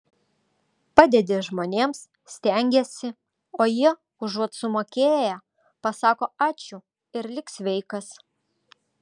padedi žmonėms stengiesi o jie užuot sumokėję pasako ačiū ir lik sveikas